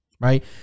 right